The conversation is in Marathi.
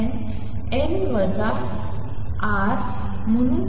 म्हणून लिहितो